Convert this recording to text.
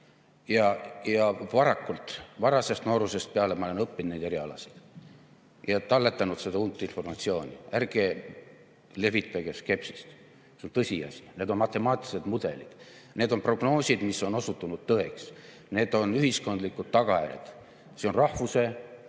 Varakult, varasest noorusest peale ma olen õppinud neid erialasid ja talletanud uut informatsiooni. Ärge levitage skepsist! See on tõsiasi. Need on matemaatilised mudelid. Need on prognoosid, mis on osutunud tõeks. Need on ühiskondlikud tagajärjed. See on rahvuse